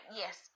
yes